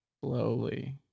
slowly